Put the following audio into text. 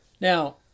Now